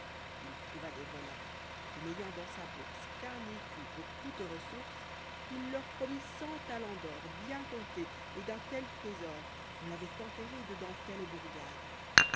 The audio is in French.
il trouva des voleurs et n'ayant dans sa bourse qu'un écu pour toute ressource il leur promit cent talents d'or bien comptés et d'un tel trésor on l'avait enterré dedans telle bourgade